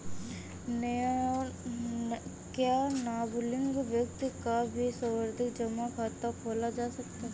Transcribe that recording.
क्या नाबालिग व्यक्ति का भी सावधि जमा खाता खोला जा सकता है?